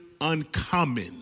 uncommon